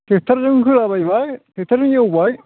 ट्रेक्ट'रजों होलाबायबाय ट्रेक्ट'रजों एवबाय